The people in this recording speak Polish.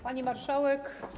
Pani Marszałek!